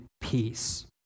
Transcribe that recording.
peace